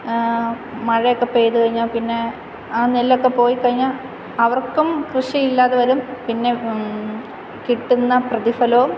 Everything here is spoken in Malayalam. മഴയൊക്കെ പെയ്തു കഴിഞ്ഞാൽ പിന്നെ ആ നെല്ലൊക്കെ പോയി കഴിഞ്ഞാൽ അവർക്കും കൃഷിയില്ലാതെ വരും പിന്നെ കിട്ടുന്ന പ്രതിഫലവും